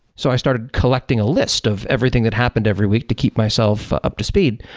so i started collecting a list of everything that happened every week to keep myself up to speed,